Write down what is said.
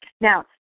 Now